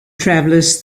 travelers